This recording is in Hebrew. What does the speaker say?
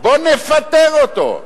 בואו נפטר אותו.